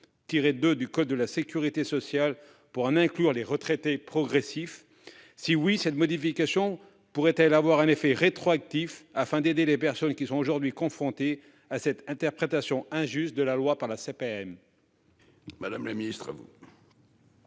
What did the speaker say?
323-2 du code de la sécurité sociale pour en exclure les retraités progressifs ? Le cas échéant, cette modification pourrait-elle avoir un effet rétroactif, afin d'aider les personnes qui sont actuellement confrontées à cette interprétation injuste de la loi par la CPAM ?